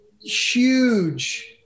huge